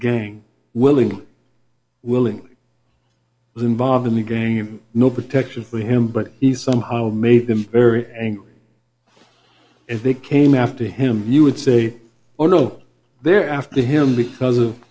gang willing willing was involved in the game no protection for him but he somehow made them very angry if they came after him you would say oh no they're after him because of